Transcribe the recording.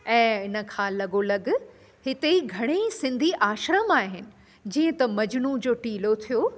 ऐं हिनखां लॻोलॻि हिते ई घणेही सिंधी आश्रम आहिनि जीअं त मजनू जो टीलो थियो